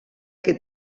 que